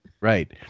Right